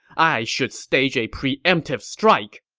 i should stage a pre-emptive strike!